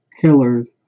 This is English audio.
killers